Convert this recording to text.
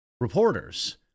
reporters